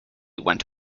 went